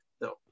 no